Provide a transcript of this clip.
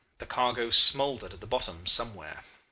the cargo smoldered at the bottom somewhere.